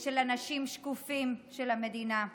ושל אנשים שקופים במדינה.